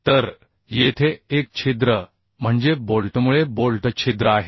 तर येथे एक छिद्र म्हणजे बोल्टमुळे बोल्ट छिद्र आहे